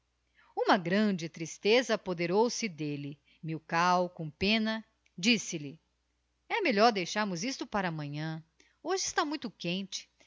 uma grande tristeza apoderou-se d'elle milkau com pena disse-lhe e melhor deixarmos isto para amanhã hoje está muito quente